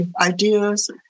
ideas